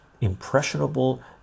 impressionable